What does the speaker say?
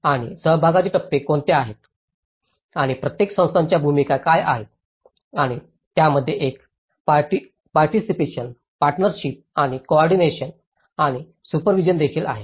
आणि सहभागाचे टप्पे कोणते आहेत आणि प्रत्येक संस्थांच्या भूमिका काय आहेत आणि त्यामध्ये एक पार्टीसिपेशन पार्टनरशिप आणि कोऑर्डिनेशन आणि सुपरव्हीजन देखील आहे